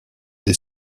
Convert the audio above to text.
des